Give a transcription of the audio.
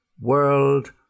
world